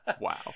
wow